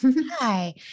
Hi